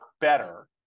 better